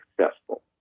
successful